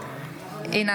אינה